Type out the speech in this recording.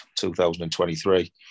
2023